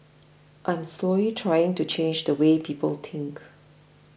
I'm slowly trying to change the way people think